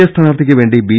A സ്ഥാനാർത്ഥിക്ക് വേണ്ടി B